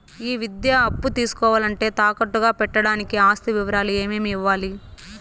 ఈ విద్యా అప్పు తీసుకోవాలంటే తాకట్టు గా పెట్టడానికి ఆస్తి వివరాలు ఏమేమి ఇవ్వాలి?